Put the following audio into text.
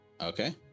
Okay